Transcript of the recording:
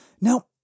Now